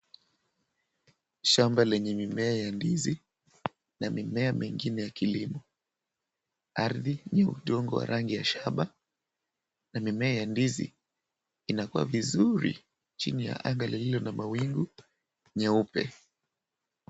Shamba lenye mimea ya ndizi na mimea mingine ya kilimo. Ardhi ni udongo wa rangi ya shaba na mimea ya ndizi inakua vizuri chini ya anga lililo na mawingu meupe.